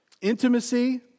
Intimacy